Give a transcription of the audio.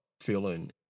feeling